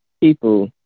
people